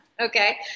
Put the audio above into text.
Okay